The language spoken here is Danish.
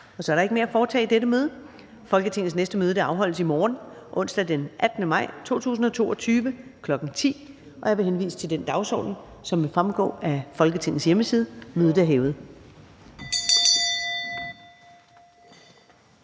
Så er der ikke mere at foretage i dette møde. Folketingets næste møde afholdes i morgen, onsdag den 18. maj 2022, kl. 10.00. Jeg vil henvise til den dagsorden, som vil fremgå af Folketingets hjemmeside. Mødet er hævet.